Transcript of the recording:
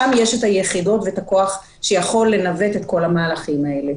שם יש את היחידות ואת הכוח שיכול לנווט את כל המהלכים האלה.